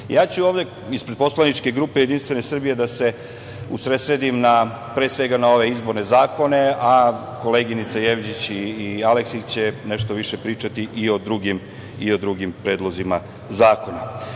ću ispred poslaničke grupe Jedinstvene Srbije da se usredsredim na pre svega na ove izborne zakone, a koleginica Jevđić i Aleksić će nešto više pričati i o drugim predlozima zakona. Naime,